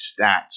stats